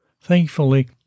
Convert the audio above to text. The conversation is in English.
Thankfully